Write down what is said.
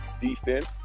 defense